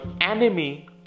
enemy